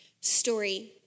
story